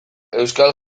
euskal